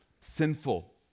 sinful